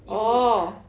orh